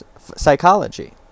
psychology